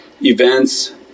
events